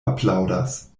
aplaŭdas